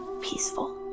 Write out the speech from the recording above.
peaceful